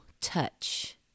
touch